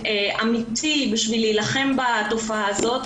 אמיתי בשביל להילחם בתופעה הזאת,